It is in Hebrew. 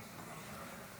אחריה, חברת הכנסת נעמה לזימי.